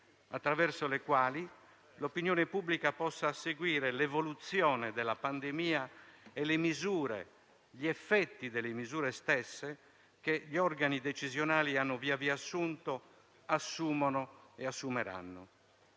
attraverso le quali l'opinione pubblica possa seguire l'evoluzione della pandemia, le misure e gli effetti delle stesse che gli organi decisionali hanno via via assunto, assumono e assumeranno.